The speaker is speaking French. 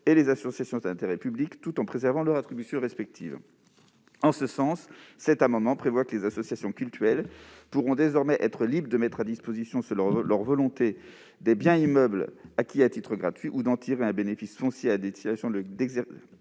et les associations d'intérêt public, tout en préservant leurs attributions respectives. En ce sens, cet amendement tend à ce que les associations cultuelles puissent désormais être libres de mettre à disposition des biens immeubles acquis à titre gratuit, ou d'en tirer un bénéfice foncier à destination de l'exercice